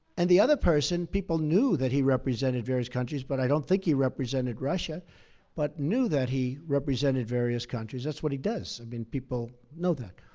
and the other person, people knew that he'd represented various countries, but i don't think he represented russia but knew that he represented various countries. that's what he does. i mean, people know that.